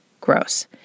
Gross